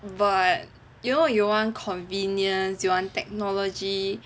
but you know you want convenience you want technology